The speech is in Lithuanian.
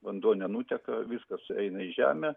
vanduo nenuteka viskas eina į žemę